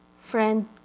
friend